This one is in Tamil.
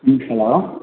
ம் ஹலோ